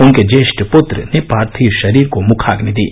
उनके ज्येष्ठ पुत्र ने पार्थिव शरीर को मुखाग्नि दी